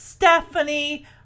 Stephanie